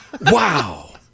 Wow